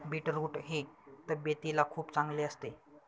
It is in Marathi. बीटरूट हे तब्येतीला खूप चांगले असते